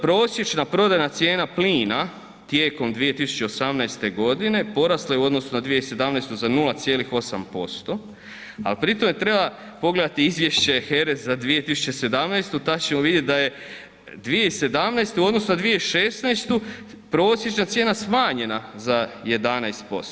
Prosječna prodajna cijena plina tijekom 2018. godine porasla je u odnosu na 2017. za 0,8%, ali pri tome treba pogledati izvješće HERA-e za 2017. tada ćemo vidjeti da je 2017. u odnosu na 2016. prosječna cijena smanjena za 11%